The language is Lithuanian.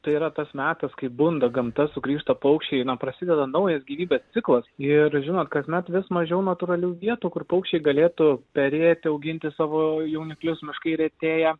tai yra tas metas kai bunda gamta sugrįžta paukščiai na prasideda naujas gyvybės ciklas ir žinot kasmet vis mažiau natūralių vietų kur paukščiai galėtų perėti auginti savo jauniklius miškai retėja